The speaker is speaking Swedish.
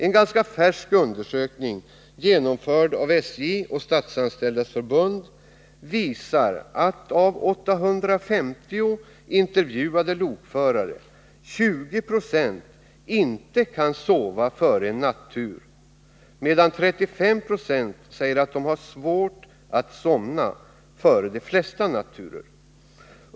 En ganska färsk undersökning, genomförd av SJ och Statsanställdas förbund, visar att av 850 intervjuade lokförare kan 20 96 inte sova före en nattur, medan 35 90 säger att de har ”svårt att somna” före de flesta natturer.